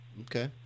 Okay